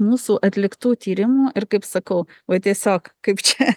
mūsų atliktų tyrimų ir kaip sakau va tiesiog kaip čia